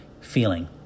feeling